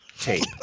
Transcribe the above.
tape